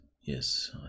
yes